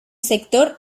sector